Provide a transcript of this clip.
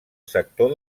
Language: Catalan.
sector